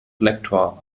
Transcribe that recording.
lektor